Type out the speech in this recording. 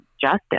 justice